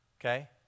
Okay